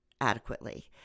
adequately